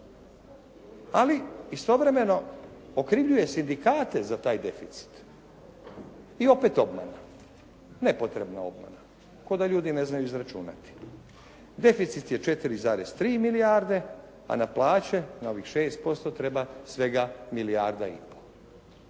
Ali, istovremeno okrivljuje sindikate za taj deficit. I opet obmana, nepotrebna obmana. K'o da ljudi ne znaju izračunati. Deficit je 4,3 milijarde a na plaće, na ovih 6% treba svega milijarda i pol.